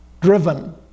driven